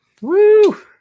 Woo